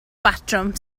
batrwm